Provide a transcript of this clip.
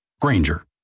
Granger